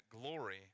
glory